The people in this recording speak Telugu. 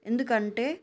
ఎందుకంటే